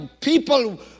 people